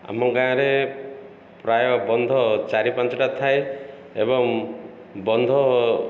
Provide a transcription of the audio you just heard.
ଆମ ଗାଁରେ ପ୍ରାୟ ବନ୍ଧ ଚାରି ପାଞ୍ଚଟା ଥାଏ ଏବଂ ବନ୍ଧ